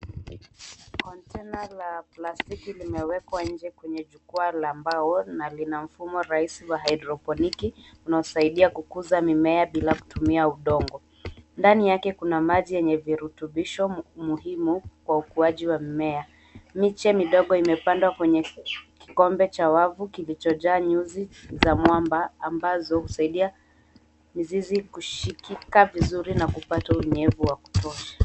Container la plastiki limewekwa nje kwenye jukwaa la mbao na lina mfumo rahisi wa hydroponic unaosaidia kukuza mimea bila kutumia udongo. Ndani yake kuna maji yenye virutubisho muhimu kwa ukuaji wa mmea. Miche midogo imepandwa kwenye kikombe cha wavu kilichojaa nyuzi za mwamba ambazo husaidia mizizi kushikika vizuri na kupata unyevu wa kutosha.